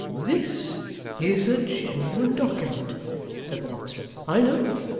this is a genuine document said the locksmith, i know,